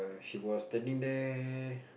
he was standing there